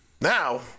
now